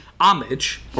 homage